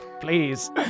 please